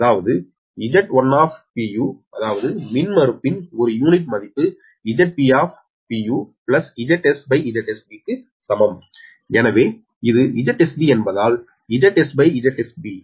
அதாவது Z1 அதாவது மின்மறுப்பின் ஒரு யூனிட் மதிப்பு Zp ZsZsB க்கு சமம் எனவே இது 𝒁𝒔B என்பதால் ZsZsB